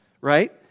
right